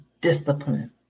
discipline